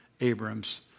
Abram's